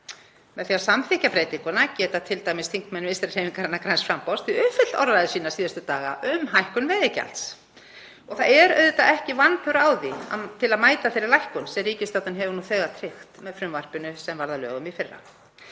Með því að samþykkja breytinguna geta t.d. þingmenn Vinstrihreyfingarinnar – græns framboðs uppfyllt orðræðu sína síðustu daga um hækkun veiðigjalds og það er auðvitað ekki vanþörf á því til að mæta þeirri lækkun sem ríkisstjórnin hefur nú þegar tryggt með frumvarpinu sem varð að lögum í fyrra.